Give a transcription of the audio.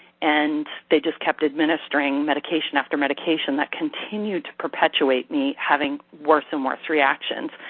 and they just kept administering medication after medication that continued to perpetuate me having worse and worse reactions.